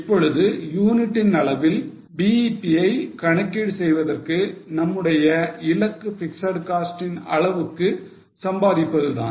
இப்பொழுது யூனிட்டின் அளவில் BEP ஐ கணக்கீடு செய்வதற்கு நம்முடைய இலக்கு பிக்ஸட் காஸ்ட் இன் அளவுக்கு சம்பாதிப்பதுதான்